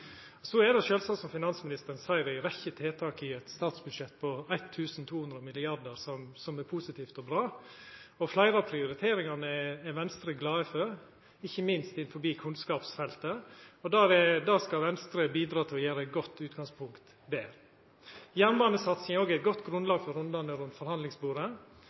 Så er det sjølvsagt slik som finansministeren seier: Det er ei rekkje tiltak i eit statsbudsjett på 1 200 mrd. kr som er positive og bra, og fleire av prioriteringane er Venstre glad for, ikkje minst innanfor kunnskapsfeltet. Der skal Venstre bidra til å gjera eit godt utgangspunkt betre. Jernbanesatsinga gjev eit godt grunnlag for rundane rundt forhandlingsbordet.